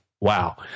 Wow